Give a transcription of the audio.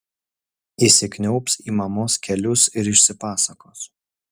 įsikniaubs į mamos kelius ir išsipasakos